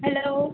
hello